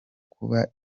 kuba